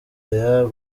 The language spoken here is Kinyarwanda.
year